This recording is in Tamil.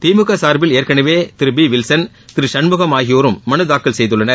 திமுக சார்பில் ஏற்களவே திரு பி வில்சன் திரு சண்முகம் ஆகியோரும் மனுதாக்கல் செய்துள்ளனர்